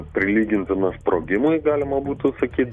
prilygintinas sprogimui galima būtų sakyt